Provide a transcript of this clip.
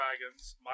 Dragons